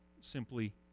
simply